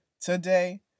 today